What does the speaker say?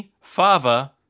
Fava